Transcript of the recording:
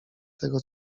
tego